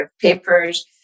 papers